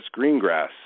Greengrass